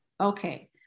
Okay